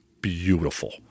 beautiful